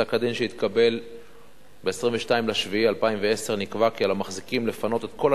בפסק-הדין שהתקבל ב-22 ביולי 2010 נקבע כי על המחזיקים לפנות את כל